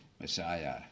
messiah